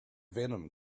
venom